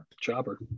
Chopper